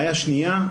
בעיה שנייה.